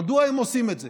מדוע הם עושים את זה?